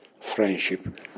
friendship